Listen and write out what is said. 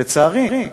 לצערי,